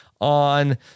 on